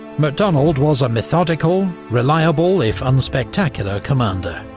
macdonald was a methodical, reliable if unspectacular commander.